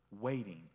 waiting